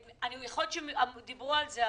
יכול להיות שדיברו על זה,